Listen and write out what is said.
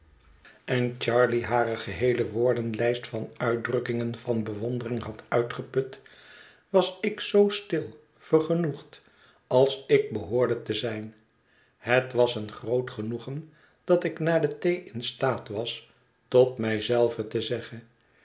kastanje hof woordenlijst van uitdrukkingen van bewondering had uitgeput was ik zoo stil vergenoegd als ik behoorde te zijn het was een groot genoegen dat ik na de thee in staat was tot mij zelve te zeggen